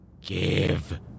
Give